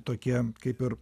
tokie kaip ir